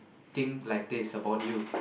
think like this about you